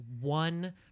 one